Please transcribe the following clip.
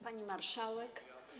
Pani Marszałek!